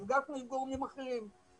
נפגשנו עם גורמים אחרים,